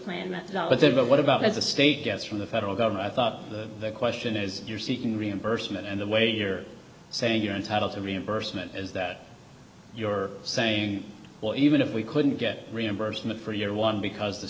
are but what about as the state gets from the federal government i thought the question is you're seeking reimbursement and the way you're saying you're entitled to reimbursement is that you're saying even if we couldn't get reimbursement for your one because the